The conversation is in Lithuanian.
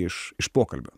iš iš pokalbio